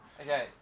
Okay